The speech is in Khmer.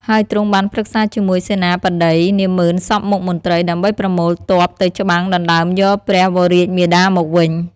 ហើយទ្រង់បានប្រឹក្សាជាមួយសេនាបតី នាម៉ឺនសព្វមុខមន្ត្រី ដើម្បីប្រមូលទ័ពទៅច្បាំងដណ្តើមយកព្រះវររាជមាតាមកវិញ។